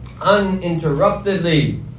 uninterruptedly